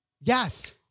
Yes